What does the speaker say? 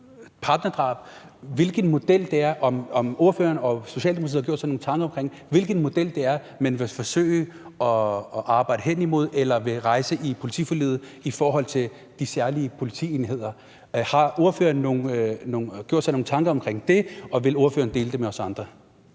hvilken model det er, man vil forsøge at arbejde hen imod, eller som man vil rejse i politiforliget i forhold til de særlige politienheder? Har ordføreren gjort sig nogle tanker omkring det, og vil ordføreren dele dem med os andre?